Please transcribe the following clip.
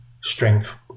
strength